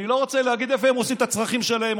אני לא רוצה להגיד איפה הם עושים את הצרכים שלהם,